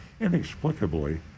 Inexplicably